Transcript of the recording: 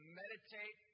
meditate